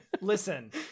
Listen